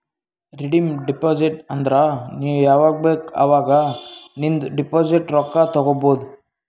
redeem deposit ಅಂದುರ್ ನೀ ಯಾವಾಗ್ ಬೇಕ್ ಅವಾಗ್ ನಿಂದ್ ಡೆಪೋಸಿಟ್ ರೊಕ್ಕಾ ತೇಕೊಬೋದು